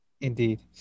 indeed